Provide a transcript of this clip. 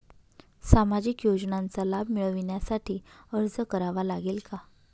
सामाजिक योजनांचा लाभ मिळविण्यासाठी अर्ज करावा लागेल का?